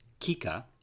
Kika